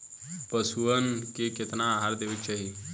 पशुअन के केतना आहार देवे के चाही?